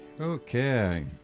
Okay